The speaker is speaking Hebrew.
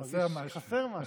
אני מרגיש שחסר משהו.